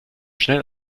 schnell